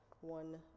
one